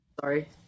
sorry